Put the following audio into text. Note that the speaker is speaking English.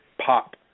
pop